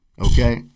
okay